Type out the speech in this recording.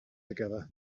together